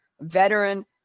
veteran